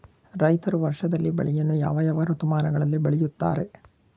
ರೈತರು ವರ್ಷದಲ್ಲಿ ಬೆಳೆಯನ್ನು ಯಾವ ಯಾವ ಋತುಮಾನಗಳಲ್ಲಿ ಬೆಳೆಯುತ್ತಾರೆ?